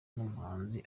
n’umuhanzi